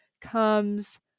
comes